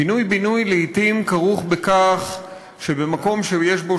פינוי-בינוי לעתים כרוך בכך שבמקום שיש בו